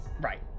Right